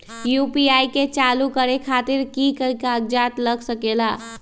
UPI के चालु करे खातीर कि की कागज़ात लग सकेला?